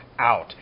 out